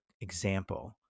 example